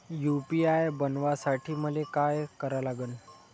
UPI बनवासाठी मले काय करा लागन?